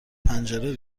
پنجره